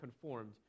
conformed